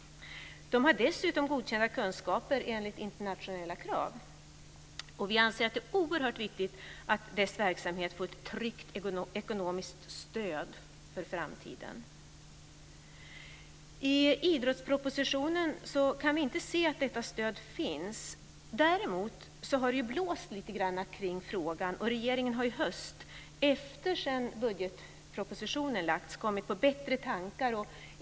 De har dessutom godkända kunskaper enligt internationella krav. Vi anser att det är oerhört viktigt att dessa verksamheter får ett tryggat ekonomiskt stöd för framtiden. I idrottspropositionen kan vi inte se att detta stöd finns. Däremot har det blåst lite grann kring frågan, och regeringen har i höst, efter det att budgetpropositionen lagts fram, kommit på bättre tankar.